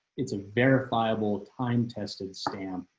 it's a verifiable time tested stamp.